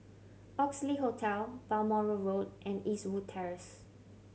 Oxley Hotel Balmoral Road and Eastwood Terrace